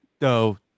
No